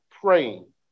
praying